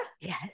yes